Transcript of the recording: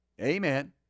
Amen